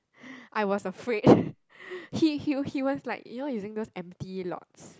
I was afraid he he he was like you know using those empty lot